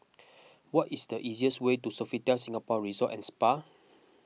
what is the easiest way to Sofitel Singapore Resort at Spa